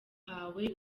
hawe